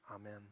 Amen